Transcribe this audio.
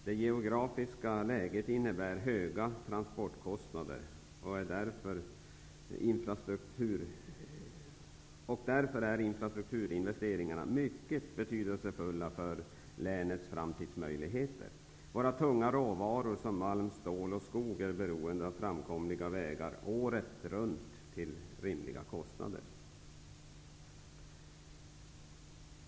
Det geografiska läget innebär höga transportkostnader, och därför är investeringar i infrastrukturen mycket betydelsefulla för länets framtidsmöjligheter. Våra tunga råvaror som malm, stål och skog är beroende av framkomliga vägar, året runt, till rimliga kostnader.